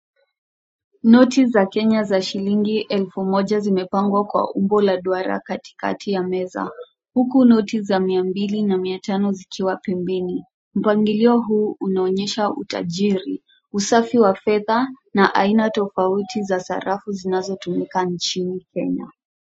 Noti za Kenya za shilingi elfu moja zimepangwa kwa umbo la duara katikati ya meza huku noti za mia mbili na mia tano zikiwa pembeni. Mpangilio huu unaonyesha utajiri, usafi wa fedha na aina tofauti za sarafu zinazotumika nchini Kenya.